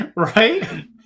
right